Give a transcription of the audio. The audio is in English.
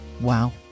Wow